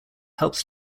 helps